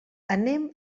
anem